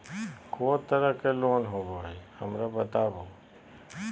को तरह के लोन होवे हय, हमरा बताबो?